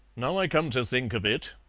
now i come to think of it,